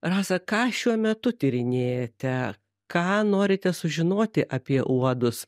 rasa ką šiuo metu tyrinėjate ką norite sužinoti apie uodus